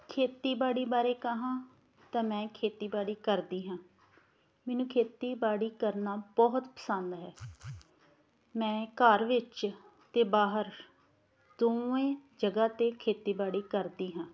ਖੇਤੀਬਾੜੀ ਬਾਰੇ ਕਹਾਂ ਤਾਂ ਮੈਂ ਖੇਤੀਬਾੜੀ ਕਰਦੀ ਹਾਂ ਮੈਨੂੰ ਖੇਤੀਬਾੜੀ ਕਰਨਾ ਬਹੁਤ ਪਸੰਦ ਹੈ ਮੈਂ ਘਰ ਵਿੱਚ ਅਤੇ ਬਾਹਰ ਦੋਵੇਂ ਜਗ੍ਹਾ 'ਤੇ ਖੇਤੀਬਾੜੀ ਕਰਦੀ ਹਾਂ